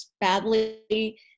badly